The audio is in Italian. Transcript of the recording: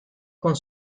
con